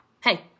Hey